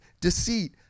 deceit